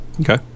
okay